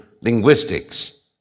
linguistics